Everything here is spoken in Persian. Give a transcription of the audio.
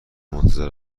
منتظر